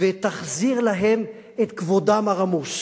ותחזיר להם את כבודם הרמוס,